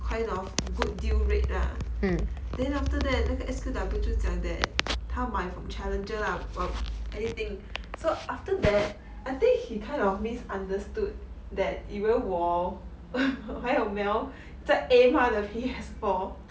kind of good deal rate lah and then after 那个 S_Q_W 就讲 that 他买 from challenger lah or anything so after that I think he kind of misunderstood that 因为我还有 还有 mel 在 aim 他的 P_S four